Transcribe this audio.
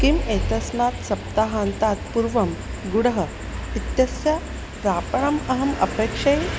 किम् एतस्मात् सप्ताहान्तात् पूर्वं गुडः इत्यस्य प्रापणम् अहम् अपेक्षे